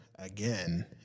Again